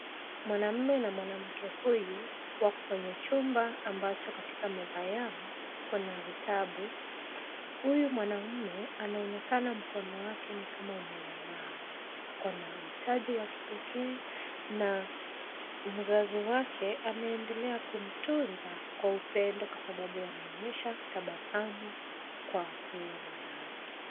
Mwanaume na mwanamke huyu wako kwenye chumba ambacho katika meza yao kuna vitabu. Huyu mwanaume anaonekana mkono wake ni kama umelemaa. Ako na uhitaji ya kipekee na mzazi wake ameendelea kumtunza kwa upendo; kwa sababu anaonyesha tabasamu kwa huyo mwana wake.